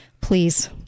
please